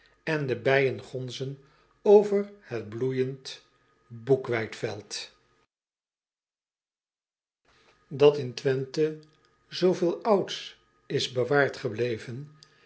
en de bijen gonzen over het bloeijend boekweitveld at in wenthe zooveel ouds is bewaard gebleven